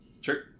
sure